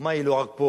החוכמה היא לא רק פה,